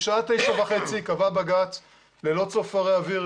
בשעה תשע וחצי קבע בג"צ ללא צופרי אוויר,